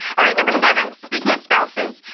all right, number seven, speaking of spouses,